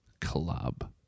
Club